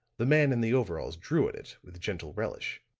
the man in the overalls drew at it with gentle relish.